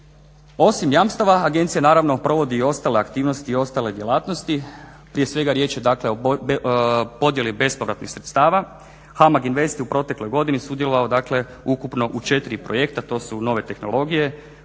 Osim jamstava agencija naravno provodi i ostale aktivnosti i ostale djelatnosti, prije svega riječ je dakle o podjeli bespovratnih sredstava. HAMAG Invest je u protekloj godini sudjelovao ukupno u četiri projekta, to su Nove tehnologije,